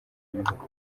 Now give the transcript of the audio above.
y’ibihugu